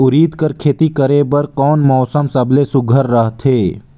उरीद कर खेती करे बर कोन मौसम सबले सुघ्घर रहथे?